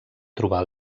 trobar